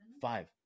Five